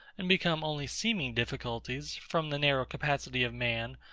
and become only seeming difficulties, from the narrow capacity of man,